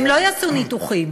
הם לא יעשו ניתוחים.